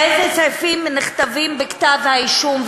איזה סעיפים נכתבים בכתב-האישום,